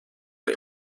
der